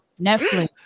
Netflix